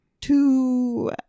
two